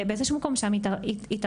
באיזשהו מקום שם התערערתי,